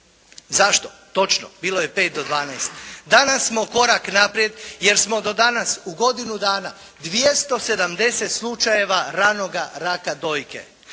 Zašto? Točno, bilo je pet do dvanaest. Danas smo korak naprijed, jer smo do danas u godinu dana 270 slučajeva ranoga raka dojke,